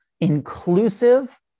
inclusive